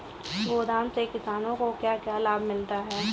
गोदाम से किसानों को क्या क्या लाभ मिलता है?